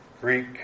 Greek